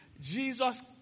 Jesus